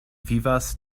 vivas